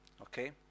Okay